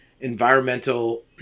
environmental